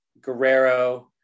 Guerrero